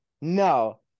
no